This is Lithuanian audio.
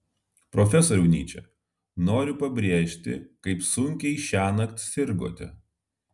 profesoriau nyče noriu pabrėžti kaip sunkiai šiąnakt sirgote